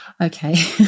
okay